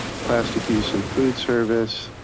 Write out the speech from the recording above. plastic use in food service,